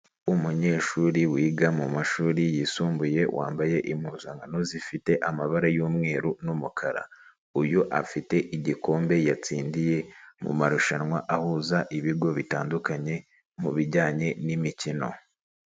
Umunyeshuri wiga mu mashuri yisumbuye wambaye impuzankano zifite amabara y'umweru n'umukara, uyu afite igikombe yatsindiye mu marushanwa ahuza ibigo bitandukanye mu bijyanye n'imikino.